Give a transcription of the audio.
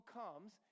comes